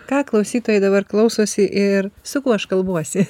ką klausytojai dabar klausosi ir su kuo aš kalbuosi